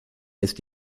ist